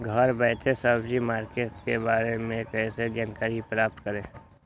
घर बैठे सब्जी मार्केट के बारे में कैसे जानकारी प्राप्त करें?